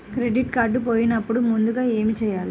Credit card పోయినపుడు ముందుగా ఏమి చేయాలి?